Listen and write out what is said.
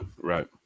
Right